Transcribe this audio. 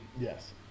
Yes